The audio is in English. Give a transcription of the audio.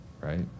right